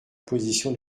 position